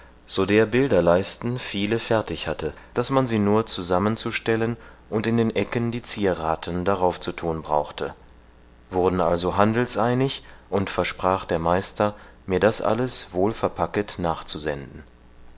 so der bilderleisten viele fertig hatte daß man sie nur zusammenzustellen und in den ecken die zierathen daraufzuthun brauchte wurden also handelseinig und versprach der meister mir das alles wohl verpacket nachzusenden